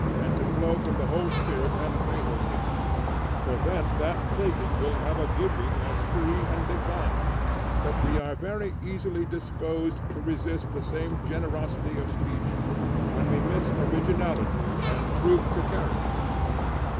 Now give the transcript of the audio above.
and to flow from the whole spirit and faith of him for then that taking will have a giving as free and divine but we are very easily disposed to resist the same generosity of speech when we miss originality and truth to character in it.